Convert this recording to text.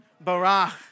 Barach